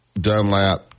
Dunlap